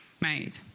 made